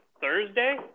Thursday